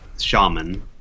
shaman